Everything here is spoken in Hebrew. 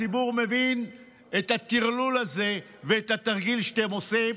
הציבור מבין את הטרלול הזה ואת התרגיל שאתם עושים.